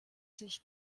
sich